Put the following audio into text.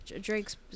Drake's